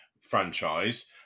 franchise